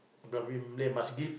because they must give